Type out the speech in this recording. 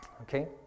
Okay